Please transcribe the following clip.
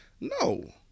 No